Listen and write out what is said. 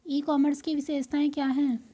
ई commerce की विशेषताएं क्या हैं?